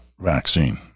vaccine